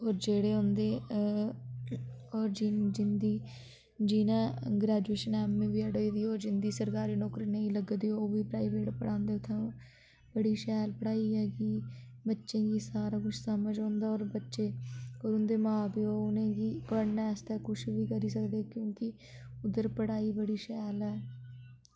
होर जेह्ड़े उंदे होर जिंदी जिनै graduation M A B Ed होई दी होग जिंदी सरकारी नौकरी नेईं लगदी ओह् बी प्राइवेट पढांदे उत्थै ओह् बड़ी शैल पढ़ाई ऐ कि बच्चें गी सारा कुछ समझ औंदा होर बच्चे होर उंदे मां प्यो उनेंगी पढ़ने आस्तै कुछ बी करी सकदे क्योंकि उद्धर पढ़ाई बड़ी शैल ऐ